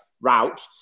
route